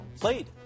played